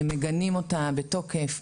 מגנים אותה בתוקף,